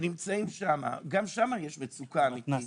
יש מצוקה אמיתית.